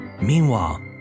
Meanwhile